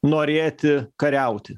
norėti kariauti